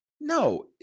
No